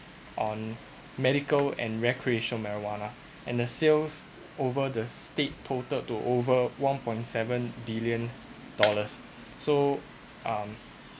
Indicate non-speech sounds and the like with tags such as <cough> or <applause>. on medical and recreational marijuana and the sales over the state totaled two over one point seven billion dollars <breath> so um